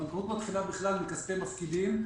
בנקאות מתחילה בכלל מכספי מפקידים,